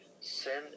send